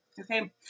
Okay